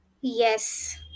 Yes